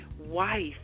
wife